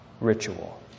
ritual